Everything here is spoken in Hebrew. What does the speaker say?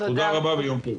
תודה רבה ויום טוב.